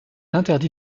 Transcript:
interdit